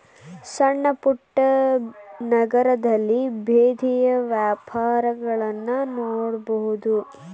ಸಣ್ಣಪುಟ್ಟ ನಗರದಲ್ಲಿ ಬೇದಿಯ ವ್ಯಾಪಾರಗಳನ್ನಾ ನೋಡಬಹುದು